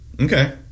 Okay